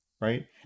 right